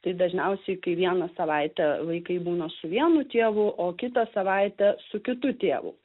tai dažniausiai kai vieną savaitę vaikai būna su vienu tėvu o kitą savaitę su kitu tėvu